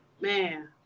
Man